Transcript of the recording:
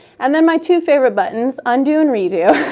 and then my two favorite buttons undo and redo.